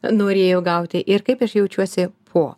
norėjau gauti ir kaip aš jaučiuosi po